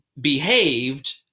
behaved